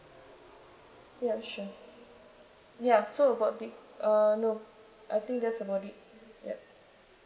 ya sure ya so about the uh no I think that's about it ya